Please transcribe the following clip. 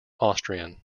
austrian